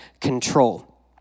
control